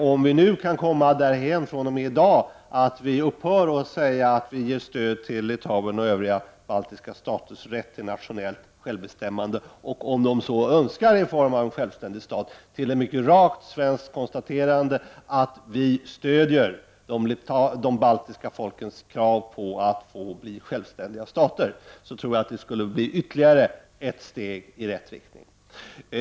Om vi nu kan komma därhän att vi fr.o.m. i dag övergår från att bara säga att vi ger stöd till Litauens och övriga baltiska staters rätt till nationellt självbestämmande, om de så önskar i form av en självständig stat, till att göra ett mycket rakt svenskt konstaterande att vi stöder de baltiska folkens krav på att få bli självständiga stater, tror jag att det skulle bli ytterligare ett steg i rätt riktning.